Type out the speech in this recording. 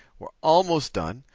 we're almost done.